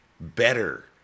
better